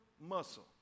muscle